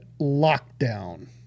lockdown